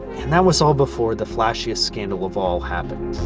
and that was all before the flashiest scandal of all happened.